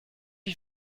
you